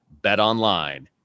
BetOnline